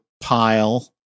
pile